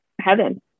heaven